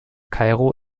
kairo